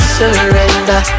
surrender